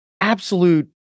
absolute